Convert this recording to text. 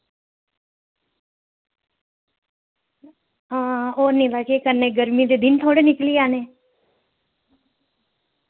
हां और नि तां केह् कन्नै गर्मी दे दिन थोह्ड़े निकली जाने